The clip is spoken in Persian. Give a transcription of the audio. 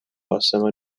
آسمان